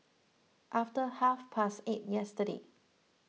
after half past eight yesterday